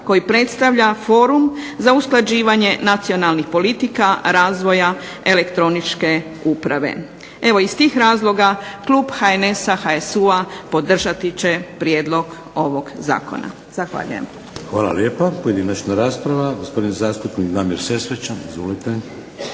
koji predstavlja forum za usklađivanje nacionalnih politika, razvoja elektroničke uprave. Evo iz tih razloga klub HNS-a, HSU-a podržati će prijedlog ovog zakona. Zahvaljujem.